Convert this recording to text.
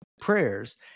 prayers